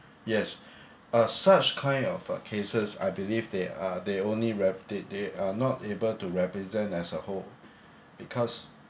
yes uh such kind of uh cases I believe they are they only wrapped it they are not able to represent as a whole because